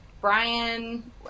brian